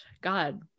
God